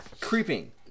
creeping